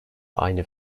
aynı